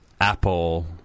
Apple